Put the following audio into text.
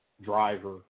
driver